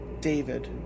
David